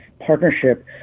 partnership